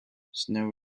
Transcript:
snow